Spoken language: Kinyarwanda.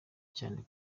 cyane